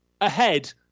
ahead